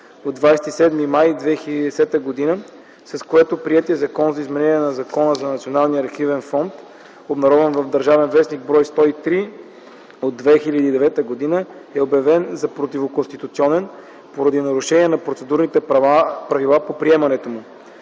от 27 май 2010 г., с което приетият Закон за изменение на Закона за Националния архивен фонд, обн., ДВ, бр. 103 от 2009 г., е обявен за противоконституционен поради нарушение на процедурните правила по приемането му.